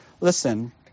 listen